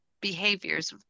behaviors